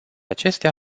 acestea